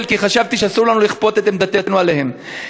כי חשבתי שאסור לנו לכפות את עמדתנו עליהן,